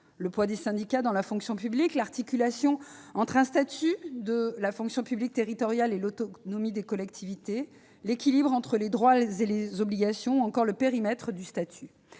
le poids des syndicats dans la fonction publique, l'articulation entre un statut de la fonction publique territoriale et l'autonomie des collectivités, l'équilibre entre les droits et les obligations des agents, ou encore le périmètre de leur statut.